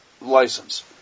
license